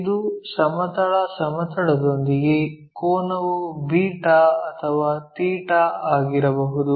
ಇದು ಸಮತಲ ಸಮತಲದೊಂದಿಗೆ ಕೋನವು ಬೀಟಾ β ಅಥವಾ ಥೀಟಾ ϴ ಆಗಿರಬಹುದು